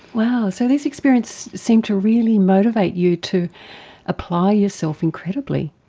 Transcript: wow, so these experiences seemed to really motivate you to apply yourself incredibly.